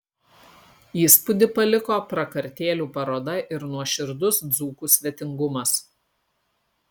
įspūdį paliko prakartėlių paroda ir nuoširdus dzūkų svetingumas